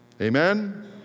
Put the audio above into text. Amen